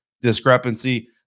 discrepancy